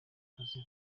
akazi